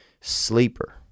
sleeper